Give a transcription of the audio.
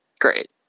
great